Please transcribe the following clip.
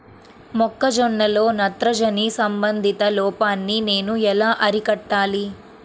మొక్క జొన్నలో నత్రజని సంబంధిత లోపాన్ని నేను ఎలా అరికట్టాలి?